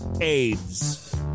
AIDS